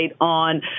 on